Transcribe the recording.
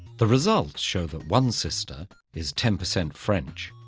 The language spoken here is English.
the results show that one sister is ten percent french,